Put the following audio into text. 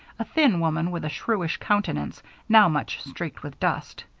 a thin woman with a shrewish countenance now much streaked with dust.